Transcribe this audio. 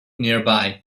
nearby